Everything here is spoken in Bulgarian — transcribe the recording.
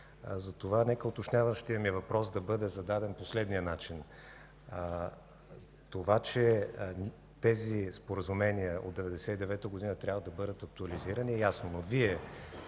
Затова нека уточняващият ми въпрос бъде зададен по следния начин. Тези споразумения от 1999 г. трябва да бъдат актуализирани е ясно,